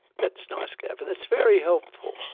that's nice gavin, it's very helpful.